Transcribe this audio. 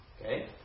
Okay